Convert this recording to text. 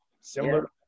similar